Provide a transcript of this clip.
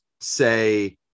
say